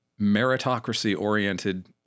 meritocracy-oriented